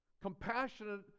compassionate